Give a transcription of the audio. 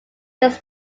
this